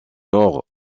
nord